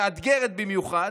מאתגרת במיוחד,